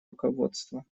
руководства